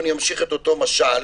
אם אני ממשיך את אותו משל,